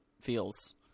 feels